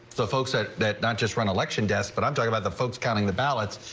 the folks at that not just one election desk. but i'm talk about the folks counting the ballots.